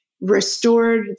restored